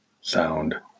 sound